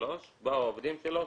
שלושה באו העובדים שלו,